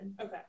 Okay